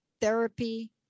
therapy